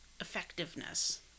effectiveness